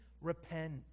repent